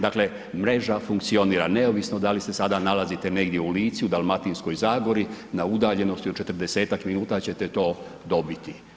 Dakle, mreža funkcionira neovisno da li se sada nalazite negdje u Lici, u Dalmatinskog zagori na udaljenosti od 40-tak minuta ćete to dobiti.